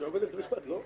עוברת למשפט, לא?